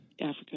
Africa